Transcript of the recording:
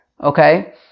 okay